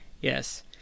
Yes